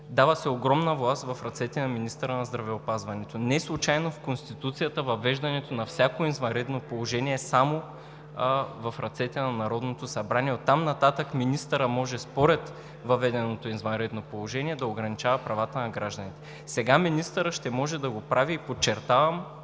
Дава се огромна власт в ръцете на министъра на здравеопазването. Неслучайно в Конституцията въвеждането на всяко извънредно положение е само в ръцете на Народното събрание. Оттам нататък министърът може според въведеното извънредно положение да ограничава правата на гражданите. Сега министърът ще може да го прави, подчертавам,